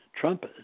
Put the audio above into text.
Trump